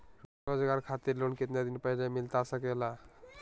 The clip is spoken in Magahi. रोजगार खातिर लोन कितने दिन पहले मिलता सके ला?